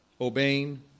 obeying